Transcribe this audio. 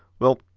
well,